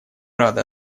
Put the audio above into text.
рады